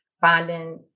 finding